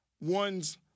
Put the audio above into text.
one's